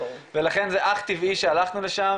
ולכן זה אך טבעי שהלכנו לשם,